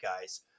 guys